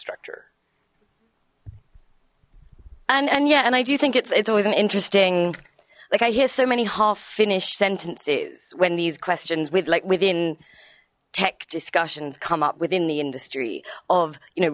structure and yeah and i do think it's it's always an interesting like i hear so many half finished sentences when these questions with like within tech discussions come up within the industry of you know